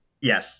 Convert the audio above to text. Yes